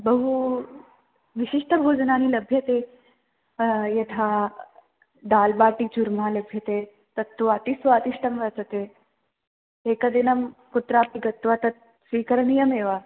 बहु विशिष्टं भोजनानि लभ्यते यथा दाल्बाटिचूर्मा लभ्यते तत्तु अतिस्वादिष्टं वर्तते एकदिनं कुत्रापि गत्वा तत् स्वीकरणीयमेव